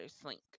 slink